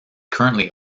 currently